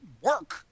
work